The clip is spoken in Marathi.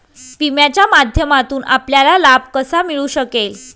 विम्याच्या माध्यमातून आपल्याला लाभ कसा मिळू शकेल?